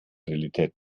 realität